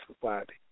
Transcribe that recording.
society